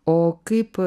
o kaip